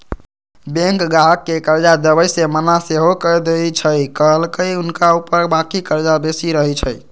bank गाहक के कर्जा देबऐ से मना सएहो कऽ देएय छइ कएलाकि हुनका ऊपर बाकी कर्जा बेशी रहै छइ